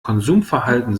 konsumverhalten